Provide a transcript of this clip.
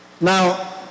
now